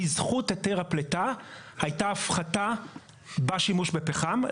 בזכות היתר הפליטה, הייתה הפחתה בשימוש בפחם.